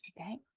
Okay